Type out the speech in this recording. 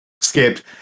skipped